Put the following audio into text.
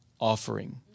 offering